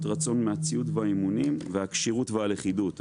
רצון מהציוד והאימונים והכשירות והלכידות.